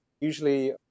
usually